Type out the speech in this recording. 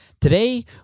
Today